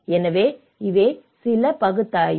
எனவே இவை சில பகுப்பாய்வு